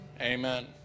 amen